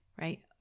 right